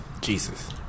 Jesus